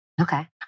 Okay